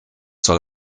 soll